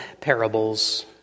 parables